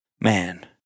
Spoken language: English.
Man